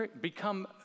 become